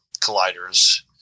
colliders –